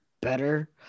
better